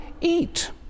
eat